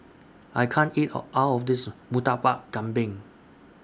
I can't eat All of This Murtabak Kambing